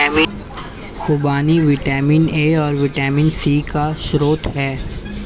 खूबानी vitamin A और vitamin C का स्रोत है